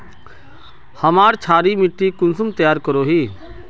हमार क्षारी मिट्टी कुंसम तैयार करोही?